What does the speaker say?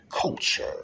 culture